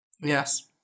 Yes